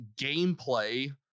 gameplay